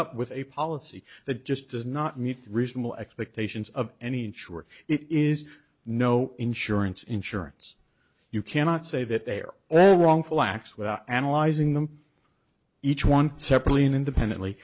up with a policy that just does not meet reasonable expectations of any insurer it is no insurance insurance you cannot say that they are all wrongful acts without analyzing them each one separately and independently